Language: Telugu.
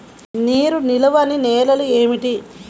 నీరు నిలువని నేలలు ఏమిటి?